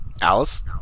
Alice